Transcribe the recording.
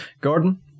Gordon